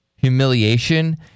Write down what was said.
humiliation